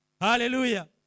hallelujah